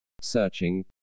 Searching